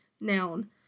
noun